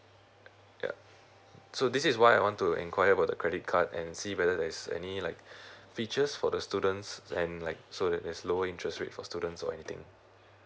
yup so this is why I want to inquire about the credit card and see whether there's any like features for the students and like so there's lower interest rate for students or anything